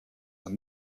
are